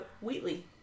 Wheatley